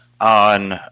on